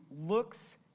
looks